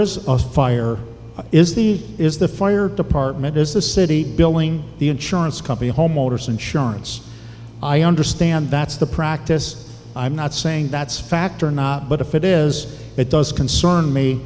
was a fire is the is the fire department is the city building the insurance company homeowner's insurance i understand that's the practice i'm not saying that's fact or not but if it is it does concern me